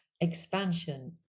expansion